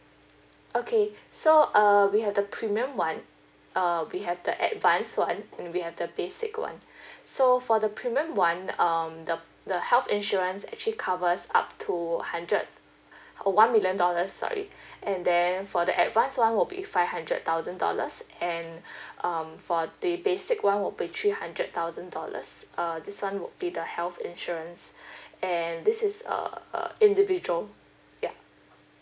okay so uh we have the premium [one] uh we have the advanced [one] and we have the basic [one] so for the premium [one] um the the health insurance actually covers up to hundred uh one million dollars sorry and then for the advanced [one] will be five hundred thousand dollars and um for the basic [one] will be three hundred thousand dollars uh this [one] will be the health insurance and this is uh uh individual ya